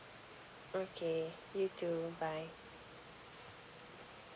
okay you too bye